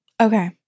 Okay